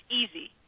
easy